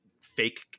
fake